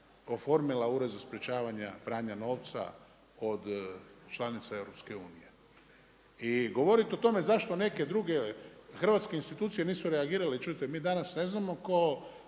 Ured za sprječavanje pranja novca od članica EU? I govorit o tome zašto neke druge hrvatske institucije nisu reagirale čujte mi danas ne znamo tko